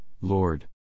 Lord